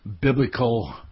biblical